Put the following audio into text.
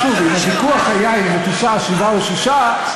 למה תשעה חודשים?